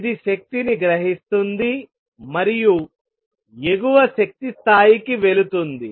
ఇది శక్తిని గ్రహిస్తుంది మరియు ఎగువ శక్తి స్థాయికి వెళుతుంది